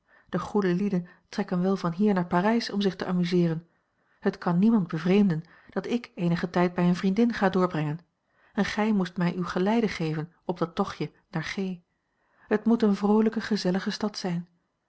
de goede lieden trekken wel van hier naar parijs om zich te amuseeren het kan niemand bevreemden dat ik eenigen tijd bij eene vriendin ga doorbrengen en gij moest mij uw geleide geven op dat tochtje naar g het moet eene vroolijke gezellige stad zijn